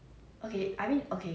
mmhmm